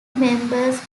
members